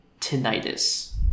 tinnitus